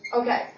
Okay